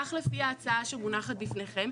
כך לפי ההצעה שמונחת בפניכם,